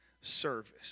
service